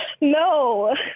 No